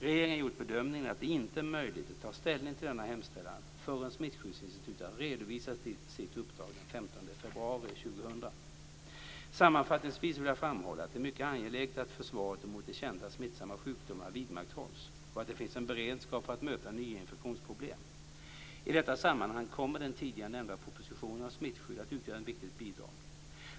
Regeringen har gjort bedömningen att det inte är möjligt att ta ställning till denna hemställan förrän Smittskyddsinstitutet har redovisat sitt uppdrag den Sammanfattningsvis vill jag framhålla att det är mycket angeläget att försvaret mot de kända smittsamma sjukdomarna vidmakthålls och att det finns en beredskap för att möta nya infektionsproblem. I detta sammanhang kommer den tidigare nämnda propositionen om smittskydd att utgöra ett viktigt bidrag.